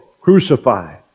crucified